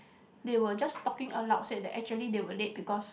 they were just talking aloud said that actually they were late because